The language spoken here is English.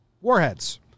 Warheads